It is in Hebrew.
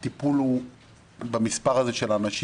נדרש טיפול במספר הזה של האנשים.